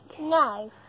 No